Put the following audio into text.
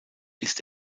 ist